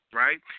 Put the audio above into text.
right